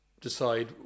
decide